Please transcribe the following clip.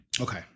Okay